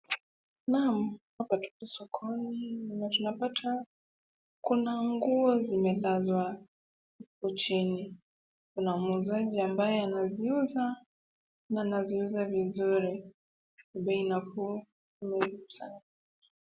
Naam, hapa tuko sokoni na tunapata kuna nguo zimelazwa hapo chini. Kuna muuzaji ambaye anaziuza na anaziuza vizuri. Bei nafuu ni muhimu sana.